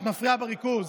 את מפריעה בריכוז,